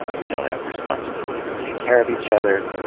and we don't have responsibility to take care of each other,